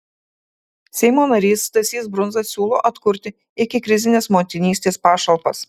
seimo narys stasys brundza siūlo atkurti ikikrizines motinystės pašalpas